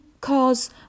cause